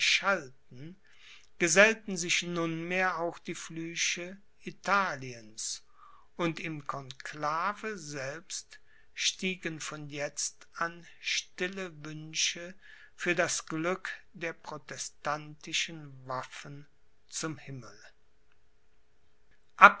erschallten gesellten sich nunmehr auch die flüche italiens und im conclave selbst stiegen von jetzt an stille wünsche für das glück der protestantischen waffen zum himmel